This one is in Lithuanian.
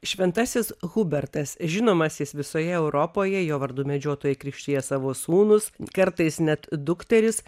šventasis hubertas žinomas jis visoje europoje jo vardu medžiotojai krikštija savo sūnus kartais net dukteris